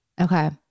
Okay